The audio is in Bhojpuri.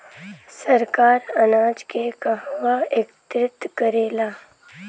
सरकार अनाज के कहवा एकत्रित करेला?